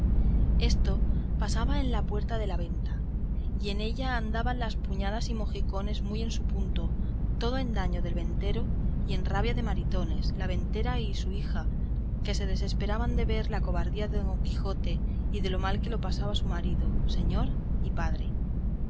esto pasaba en la puerta de la venta y en ella andaban las puñadas y mojicones muy en su punto todo en daño del ventero y en rabia de maritornes la ventera y su hija que se desesperaban de ver la cobardía de don quijote y de lo mal que lo pasaba su marido señor y padre